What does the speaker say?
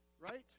right